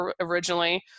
originally